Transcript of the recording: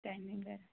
timing दा